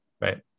Right